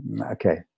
Okay